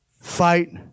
fight